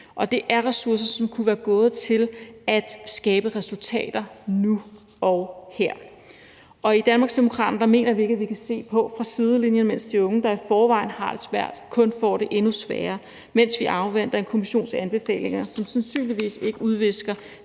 det er ressourcer, som kunne være gået til at skabe resultater nu og her. I Danmarksdemokraterne mener vi ikke, at vi kan stå på sidelinjen og se på, at de unge, der i forvejen har det svært, kun får det endnu sværere, mens vi afventer en kommissions anbefalinger, som sandsynligvis ikke udvisker